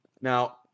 Now